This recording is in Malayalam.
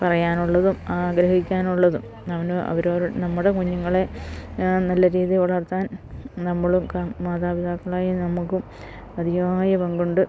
പറയാനുള്ളതും ആഗ്രഹിക്കാനുള്ളതും നമ്മുടെ കുഞ്ഞുങ്ങളെ നല്ല രീതിയില് വളർത്താൻ നമ്മളും മാതാപിതാക്കളായ നമുക്കും അതിയായ പങ്കുണ്ട്